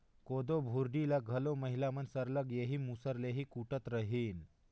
कोदो भुरडी ल घलो महिला मन सरलग एही मूसर ले ही कूटत रहिन